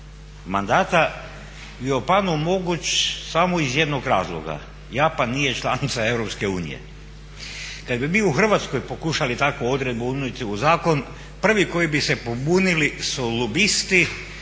mandata je u Japanu moguć samo iz jednog razloga, Japan nije članica Europske unije. Kada bi mi u Hrvatskoj pokušali takvu odredbu unijeti u zakon prvi koji bi se pobunili su lobisti